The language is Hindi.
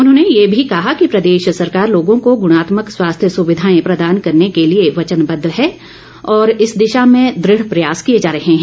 उन्होंने ये भी कहा कि प्रदेश सरकार लोगों को गुणात्मक स्वास्थ्य सुविधाएं प्रदान करने के लिए वचनबद्व है और इस दिशा में दृढ़ प्रयास किए जा रहे हैं